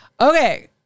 Okay